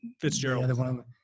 Fitzgerald